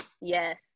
yes